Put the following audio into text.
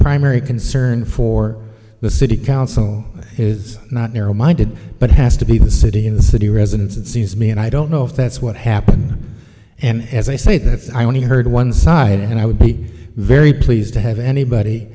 primary concern for the city council is not narrow minded but it has to be the city of the city residents that sees me and i don't know if that's what happened and as i say that i only heard one side and i would be very pleased to have anybody